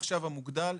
עכשיו המוגדל,